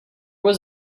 was